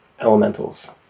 elementals